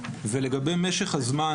לגבי משך הזמן